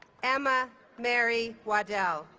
emma mary waddell